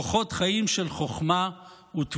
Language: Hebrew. כוחות חיים של חוכמה ותבונה.